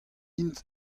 int